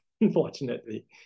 unfortunately